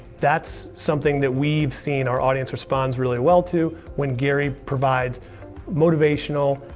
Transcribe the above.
that's something that we've seen our audience responds really well to when gary provides motivational,